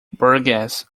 burgess